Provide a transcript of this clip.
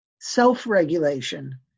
self-regulation